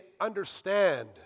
understand